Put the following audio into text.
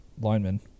linemen